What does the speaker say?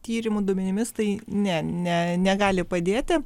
tyrimų duomenimis tai ne ne negali padėti